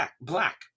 black